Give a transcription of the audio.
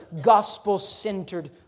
gospel-centered